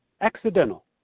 accidental